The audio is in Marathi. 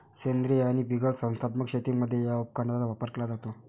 सेंद्रीय आणि बिगर संस्थात्मक शेतीमध्ये या उपकरणाचा वापर केला जातो